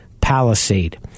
Palisade